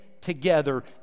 together